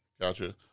Gotcha